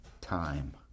Time